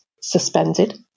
suspended